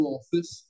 office